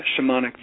shamanic